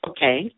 Okay